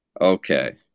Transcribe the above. okay